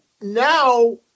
now